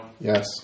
Yes